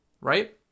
Right